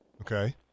Okay